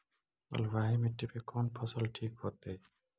बलुआही मिट्टी में कौन फसल ठिक होतइ?